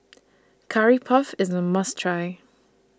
Curry Puff IS A must Try